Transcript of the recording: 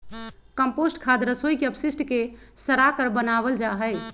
compost खाद रसोई के अपशिष्ट के सड़ाकर बनावल जा हई